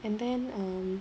and then um